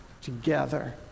together